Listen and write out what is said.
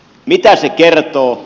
mistä se kertoo